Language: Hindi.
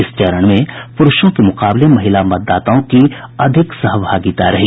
इस चरण में पूरुषों के मुकाबले महिला मतदाताओं की अधिक सहभागिता रही